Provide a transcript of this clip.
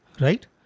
Right